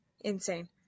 insane